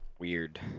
weird